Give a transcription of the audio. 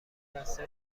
بسته